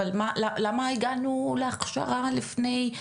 אבל למה הגענו להכשרה לפני,